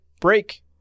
break